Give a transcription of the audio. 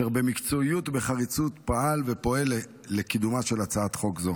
אשר במקצועיות ובחריצות פעל ופועל לקידומה של הצעת חוק זו.